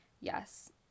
Yes